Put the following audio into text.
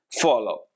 follow